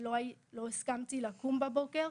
כשלא הסכמתי לקום בבוקר.